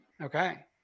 Okay